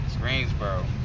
Greensboro